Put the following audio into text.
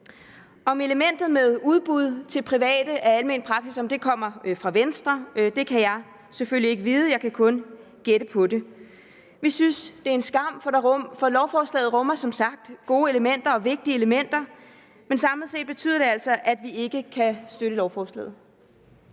Om elementet med udbud til private af almen praksis kommer fra Venstre, kan jeg selvfølgelig ikke vide – jeg kan kun gætte på det. Vi synes, det er en skam, for lovforslaget rummer som sagt gode og vigtige elementer, men samlet set betyder det altså, at vi ikke kan støtte lovforslaget.